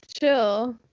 chill